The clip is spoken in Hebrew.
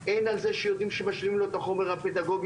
הן על זה שיודעים שמשאירים לו את החומר הפדגוגי